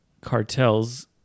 cartels